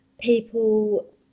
people